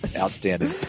Outstanding